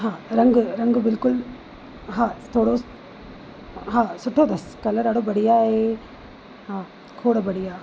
हा रंग रंग बिल्कुल हा थोरो हा सुठो अथसि कलर ॾाढो बढ़िया आहे हा खोड़ बढ़िया